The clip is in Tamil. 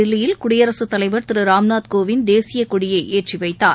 தில்லியில் குடியரசு தலைவர் திரு ராம்நாத் கோவிந்த் தேசிய கொடியை ஏற்றி வைத்தார்